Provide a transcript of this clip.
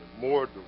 more